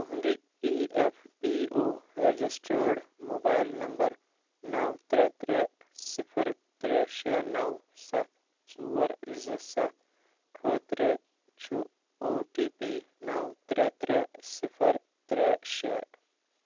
تُہنٛدِ E F P O registered mobile number نَو ترٛےٚ ترٛےٚ صِفر ترٛےٚ شےٚ نَو سَتھ ژور زٕ سَتھ خٲطرٕ چھُ او ٹی پی نَو ترٛےٚ ترٛےٚ صِفر ترٛےٚ شےٚ